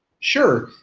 sure,